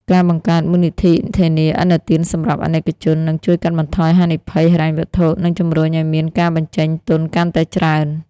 ការបង្កើត "មូលនិធិធានាឥណទានសម្រាប់ អាណិកជន" នឹងជួយកាត់បន្ថយហានិភ័យហិរញ្ញវត្ថុ និងជម្រុញឱ្យមានការបញ្ចេញទុនកាន់តែច្រើន។